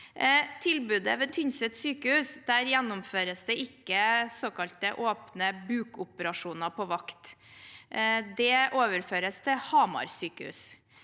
tilbudet ved Tynset sykehus, gjennomføres det ikke såkalte åpne bukoperasjoner på vakt der. Det overføres til Hamar sykehus.